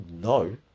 No